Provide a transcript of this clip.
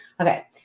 Okay